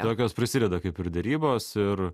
tokios prasideda kaip ir derybos ir